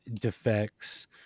defects